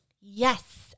Yes